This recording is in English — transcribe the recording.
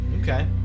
Okay